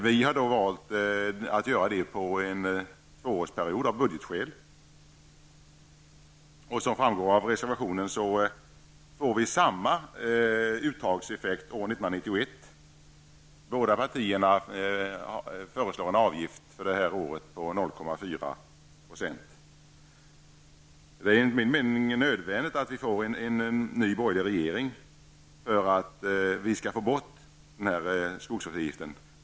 Vi har dock valt att göra det på en tvåårsperiod, av budgetskäl. Som framgår av reservationen får vi samma uttagseffekt år 1991. Båda partierna föreslår en avgift för det här året på 0,4 %. Det är enligt min mening nödvändigt att få en ny borgerlig regering för att vi skall få bort skogsvårdsavgiften.